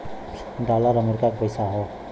dollar America के पइसा हौ